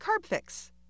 CarbFix